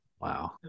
Wow